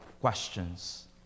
questions